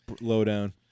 lowdown